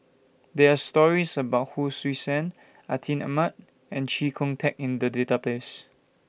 There Are stories about Hon Sui Sen Atin Amat and Chee Kong Tet in The Database